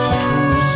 true